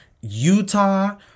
Utah